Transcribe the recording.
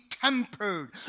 tempered